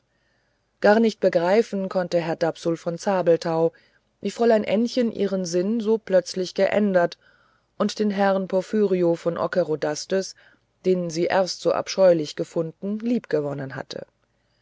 gar nicht begreifen konnte herr dapsul von zabelthau wie fräulein ännchen ihren sinn so plötzlich geändert und den herrn porphyrio von ockerodastes den sie erst so abscheulich gefunden liebgewonnen hatte